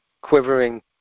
quivering